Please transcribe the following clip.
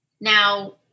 now